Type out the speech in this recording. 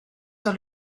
sur